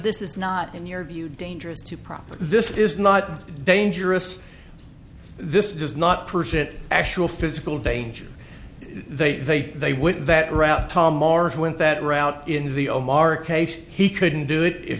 this is not in your view dangerous to prop this is not dangerous this does not present actual physical dangers they they would that route tom marsh went that route in the omar case he couldn't do it if